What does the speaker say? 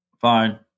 Fine